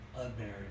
Unmarried